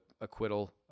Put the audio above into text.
acquittal